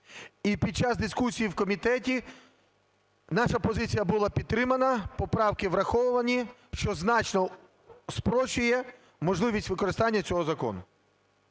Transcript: і під час дискусії в комітеті наша позиція була підтримана, поправки враховані, що значно спрощує можливість використання цього закону.